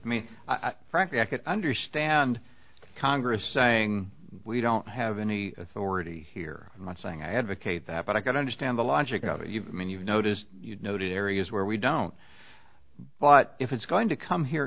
i mean frankly i could understand congress saying we don't have any authority here i'm not saying i advocate that but i can understand the logic i mean you've noticed noted areas where we don't but if it's going to come here